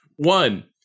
One